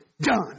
done